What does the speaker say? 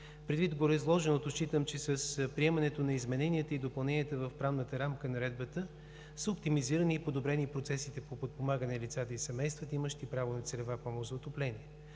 Предвид гореизложеното считам, че с приемането на измененията и допълненията в правната рамка на Наредбата са оптимизирани и подобрени процесите по подпомагане лицата и семействата, имащи право на целева помощ за отопление.